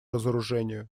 разоружению